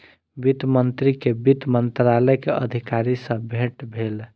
वित्त मंत्री के वित्त मंत्रालय के अधिकारी सॅ भेट भेल